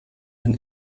den